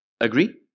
Agree